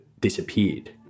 disappeared